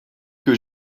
que